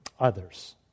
others